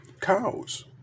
cows